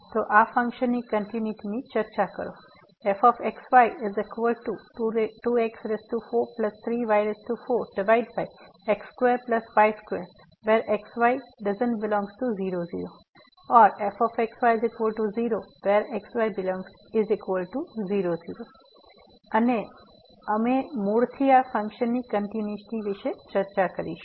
તો આ ફંક્શનની કંટીન્યુટીની ચર્ચા કરો fxy2x43y4x2y2xy00 0xy00 અને અમે મૂળથી આ ફંક્શન ની કંટીન્યુટી વિશે ચર્ચા કરીશું